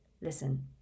Listen